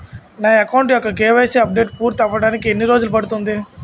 నా అకౌంట్ యెక్క KYC updation పూర్తి అవ్వడానికి ఎన్ని రోజులు పడుతుంది?